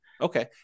Okay